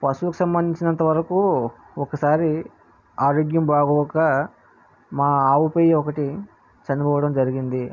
పశువుకు సంబంధించినంత వరకు ఒకసారి ఆరోగ్యం బాగోక మా ఆవు ఒకటి చనిపోవడం జరిగింది